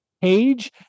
page